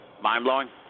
mind-blowing